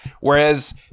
Whereas